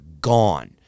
gone